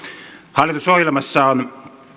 hallitusohjelmassa on